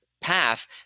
path